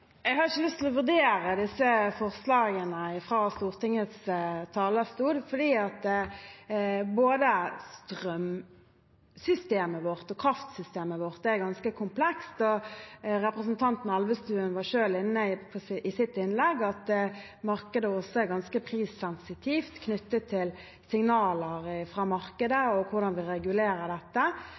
Jeg har ikke lyst til å vurdere disse forslagene fra Stortingets talerstol, for både strømsystemet vårt og kraftsystemet vårt er ganske komplekst. Representanten Elvestuen var i sitt innlegg selv inne på at markedet er ganske prissensitivt for signaler fra markedet og hvordan det regulerer